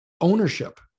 ownership